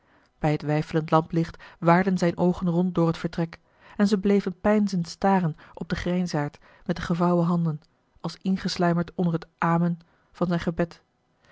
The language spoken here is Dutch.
bij het weifelend lamplicht waarden zijne oogen rond door het vertrek en ze bleven peinzend staren op den grijsaard met de gevouwen handen als ingesluimerd onder het amen van zijn gebed